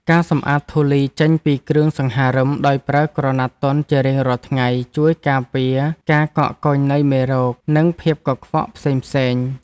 ការសម្អាតធូលីចេញពីគ្រឿងសង្ហារឹមដោយប្រើក្រណាត់ទន់ជារៀងរាល់ថ្ងៃ ជួយការពារការកកកុញនៃមេរោគ និងភាពកខ្វក់ផ្សេងៗ។